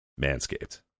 Manscaped